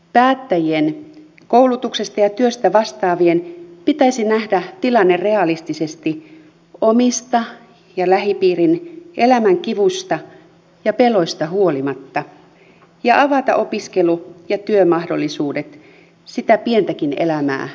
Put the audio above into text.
päättäjien koulutuksesta ja työstä vastaavien pitäisi nähdä tilanne realistisesti omista ja lähipiirin elämän kivuista ja peloista huolimatta ja avata opiskelu ja työmahdollisuudet sitä pientäkin elämää kunnioittaville